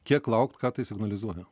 kiek laukt ką tai signalizuoja